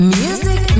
music